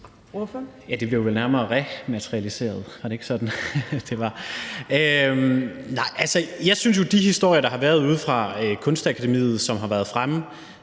det ikke sådan, det var? Jeg synes, at de historier, der har været ude fra Kunstakademiet, som har været fremme